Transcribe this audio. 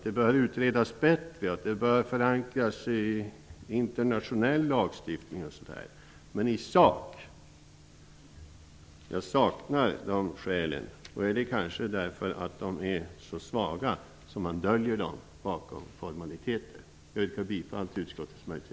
Det bör utredas bättre, säger man. Det bör också förankras i internationell lagstiftning. Men själva sakskälen saknas. Döljer man dem bakom formalitetsskäl därför att sakskälen är så svaga? Fru talman! Jag yrkar bifall till utskottets hemställan.